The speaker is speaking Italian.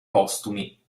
postumi